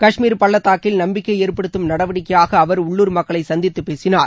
கஷ்மீர் பள்ளத்தாக்கில் நம்பிக்கை ஏற்படுத்தும் நடவடிக்கையாக அவர் உள்ளுர் மக்களை சந்தித்து பேசினார்